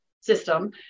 system